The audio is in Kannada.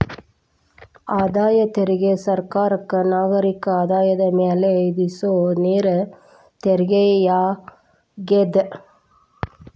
ಆದಾಯ ತೆರಿಗೆ ಸರ್ಕಾರಕ್ಕ ನಾಗರಿಕರ ಆದಾಯದ ಮ್ಯಾಲೆ ವಿಧಿಸೊ ನೇರ ತೆರಿಗೆಯಾಗ್ಯದ